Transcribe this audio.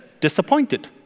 disappointed